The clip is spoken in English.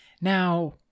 now